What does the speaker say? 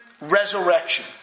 resurrection